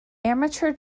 amateur